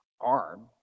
arm